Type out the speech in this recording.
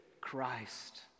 Christ